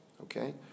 okay